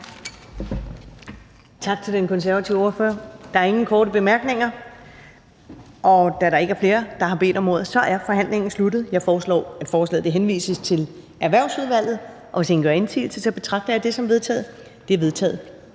Tak til den konservative ordfører. Der er ingen korte bemærkninger. Da der ikke er flere, der har bedt om ordet, er forhandlingen sluttet. Jeg foreslår, at forslaget henvises til Erhvervsudvalget. Hvis ingen gør indsigelse, betragter jeg det som vedtaget. Det er vedtaget.